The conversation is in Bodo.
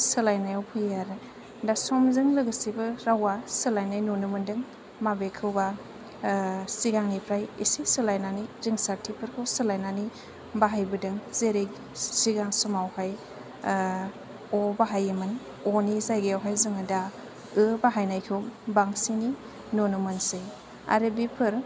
सोलायनायाव फैयो आरो दा समजों लोगोसेबो रावा सोलायनाय नुनो मोनदों माबेखौबा सिगांनिफ्राय एसे सोलायनानै रिंसारथिफोरखौ सोलायनानै बाहायबोदों जेरै सिगां समाव हाय अ बाहायोमोन अनि जायगायाव हाय जोङो दा ओ बाहायनायखौ बांसिनै नुनो मोनसै आरो बेफोर